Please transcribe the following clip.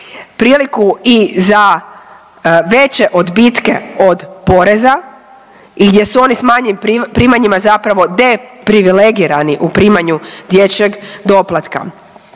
priliku i za veće odbitke od poreza i gdje su oni s manjim primanjima zapravo deprivilegirani u primanju dječjeg doplatka.